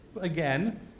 again